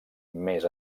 més